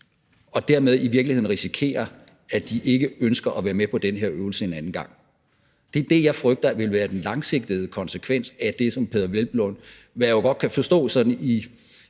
vi i virkeligheden, at de ikke ønsker at være med på den her øvelse en anden gang. Det er det, jeg frygter vil være den langsigtede konsekvens af det, som hr. Peder Hvelplund mener kan gøres, og